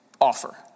offer